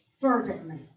fervently